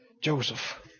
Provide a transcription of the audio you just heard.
Joseph